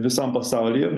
visam pasaulyje